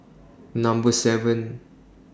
Number seven